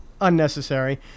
unnecessary